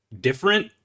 different